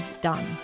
done